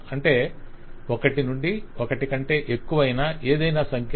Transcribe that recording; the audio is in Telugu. అంటే ఒకటి నుండి ఒకటి కంటే ఎక్కువైన ఏదైనా సంఖ్యకు